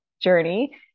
journey